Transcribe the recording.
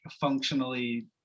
functionally